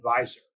advisor